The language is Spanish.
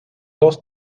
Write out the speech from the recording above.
dos